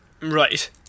Right